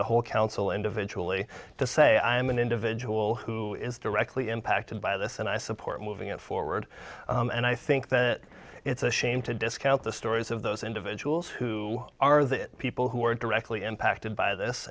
the whole council individually to say i am an individual who is directly impacted by this and i support moving it forward and i think that it's a shame to discount the stories of those individuals who are the people who are directly impacted by this